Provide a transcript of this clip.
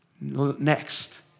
Next